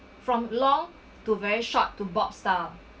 from long to very short to bob style